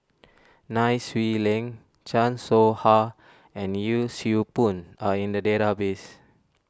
Nai Swee Leng Chan Soh Ha and Yee Siew Pun are in the database